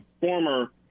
former